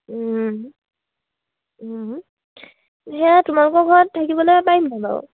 সেয়া তোমালোকৰ ঘৰত থাকিবলে পাৰিম নাই বাৰু